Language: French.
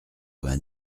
vingt